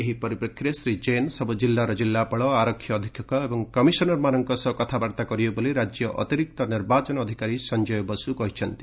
ଏହି ପରିପ୍ରେକ୍ଷୀରେ ଶ୍ରୀ ଜୈନ୍ ସବୁ ଜିଲ୍ଲାର ଜିଲ୍ଲାପାଳ ଆରକ୍ଷୀ ଅଧିକ୍ଷକ ଏବଂ କମିଶନରମାନଙ୍କ ସହ କଥାବାର୍ତ୍ତା କରିବେ ବୋଲି ରାଜ୍ୟ ଅତିରିକ୍ତ ନିର୍ବାଚନ ଅଧିକାରୀ ସଂଜୟ ବସ୍କୁ କହିଛନ୍ତି